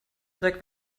dreck